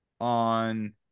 on